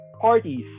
parties